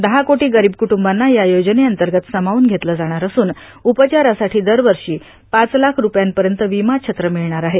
दहा कोटी गरीब क्रदंबांना या योजनेअंतर्गत समावून घेतलं जाणार असून उपचारासाठी दरवर्षी पाच लाख रुपयांपर्यंत विमा छत्र मिळणार आहे